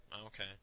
okay